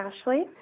Ashley